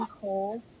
cold